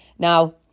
Now